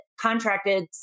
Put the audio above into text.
contracted